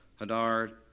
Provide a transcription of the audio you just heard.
Hadar